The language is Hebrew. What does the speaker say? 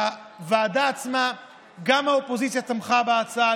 בוועדה עצמה גם האופוזיציה תמכה בהצעה,